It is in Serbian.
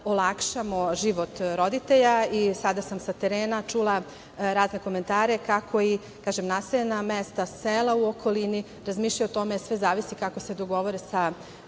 olakšamo život roditelja. Sada sam sa terena čula razne komentare, kako naseljena mesta, sela u okolini, razmišljaju o tome, sve zavisi kako se dogovore sa